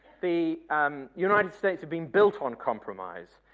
the um united states have been built on compromise.